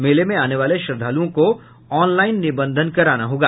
मेले में आने वाले श्रद्वालुओं को ऑनलाइन निबंधन कराना होगा